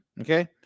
Okay